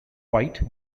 white